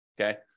okay